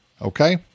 Okay